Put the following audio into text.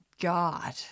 God